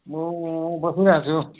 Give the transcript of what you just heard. म बसिरहेको छु